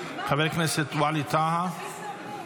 חבר הכנסת ווליד טאהא,